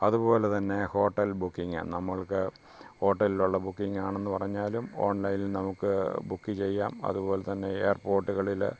അതുപോലെ തന്നെ hotel booking നമ്മൾക്ക് ഹോട്ടലിലുള്ള ബുക്കിങ്ങാണെന്ന് പറഞ്ഞാലും ഓൺലൈനിൽ നമുക്ക് ബുക്ക് ചെയ്യാം അതുപോലെ തന്നെ എയർപോട്ടുകളിൽ